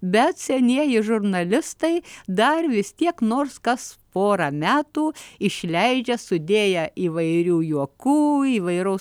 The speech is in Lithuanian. bet senieji žurnalistai dar vis tiek nors kas porą metų išleidžia sudėję įvairių juokų įvairaus